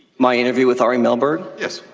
my interview with ari melber? yes.